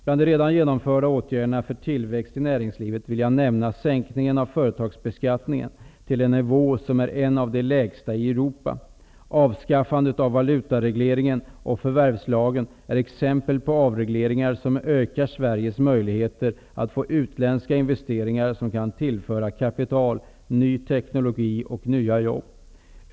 Bland de redan genomförda åtgärderna för tillväxt i näringslivet vill jag nämna sänkningen av företagsbeskattningen till en nivå som är en av de lägsta i Europa. Avskaffandet av valutaregleringen och förvärvslagen är exempel på avregleringar som ökar Sveriges möjligheter att få utländska investeringar som kan tillföra kapital, ny teknologi och nya jobb.